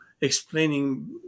explaining